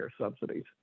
subsidies